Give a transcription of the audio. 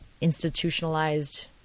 institutionalized